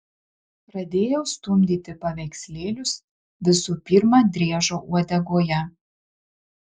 pradėjau stumdyti paveikslėlius visų pirma driežo uodegoje